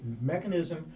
mechanism